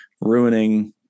ruining